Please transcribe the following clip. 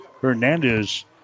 Hernandez